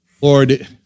Lord